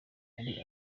hari